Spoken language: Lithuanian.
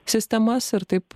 sistemas ir taip